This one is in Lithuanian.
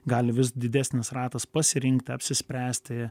gali vis didesnis ratas pasirinkti apsispręsti